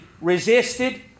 resisted